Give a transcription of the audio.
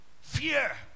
Fear